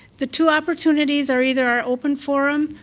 the two opportunities are either open forum,